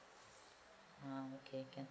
ah okay can